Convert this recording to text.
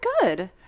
good